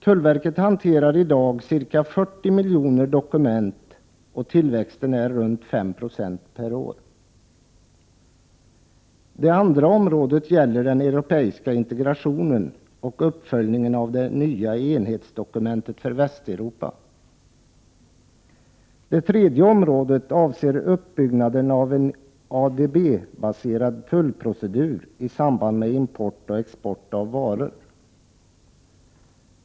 Tullverket hanterar i dag ca 40 miljoner dokument, och tillväxten är runt 5 96 per år. Det andra området gäller den europeiska integrationen och uppföljningen av det nya enhetsdokumentet för Västeuropa. Det tredje området avser uppbyggnad av en ADB-baserad tullprocedur i samband med import och export av varor.